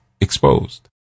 exposed